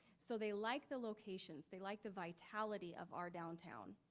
so they liked the locations, they liked the vitality of our downtown.